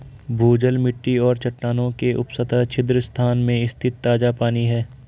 भूजल मिट्टी और चट्टानों के उपसतह छिद्र स्थान में स्थित ताजा पानी है